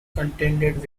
contended